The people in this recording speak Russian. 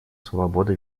свобода